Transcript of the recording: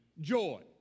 joy